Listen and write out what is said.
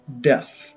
death